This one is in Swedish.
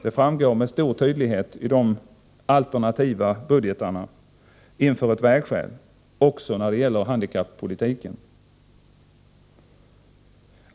Det framgår med stor tydlighet av de alternativa budgetarna att vi står inför ett vägskäl också när det gäller handikappolitiken.